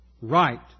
right